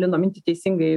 lino mintį teisingai